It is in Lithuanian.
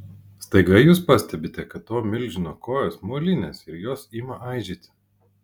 staiga jūs pastebite kad to milžino kojos molinės ir jos ima aižėti